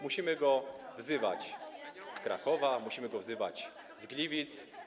Musimy go wzywać z Krakowa, musimy go wzywać z Gliwic.